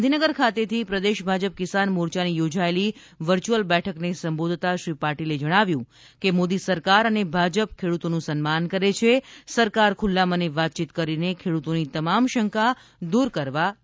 ગાંધીનગર ખાતેથી પ્રદેશ ભાજપ કિસાન મોરયાની યોજાયેલી વર્યુયલ બેઠકને સંબોધતા શ્રી પાટિલે જણાવ્યુ હતું કે મોદી સરકાર અને ભાજપ ખેડૂતોનું સન્માન કરે છે સરકાર ખુલ્લા મને વાતચીત કરીને ખેડૂતોની તમામ શંકા દૂર કરવા તૈયાર છે